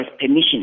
permission